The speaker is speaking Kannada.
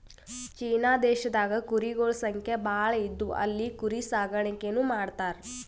ಚೀನಾ ದೇಶದಾಗ್ ಕುರಿಗೊಳ್ ಸಂಖ್ಯಾ ಭಾಳ್ ಇದ್ದು ಅಲ್ಲಿ ಕುರಿ ಸಾಕಾಣಿಕೆನೂ ಮಾಡ್ತರ್